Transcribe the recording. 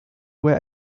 were